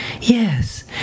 Yes